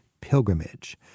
pilgrimage